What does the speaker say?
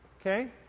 okay